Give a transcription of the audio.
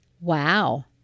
Wow